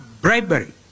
bribery